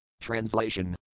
Translation